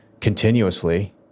continuously